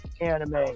anime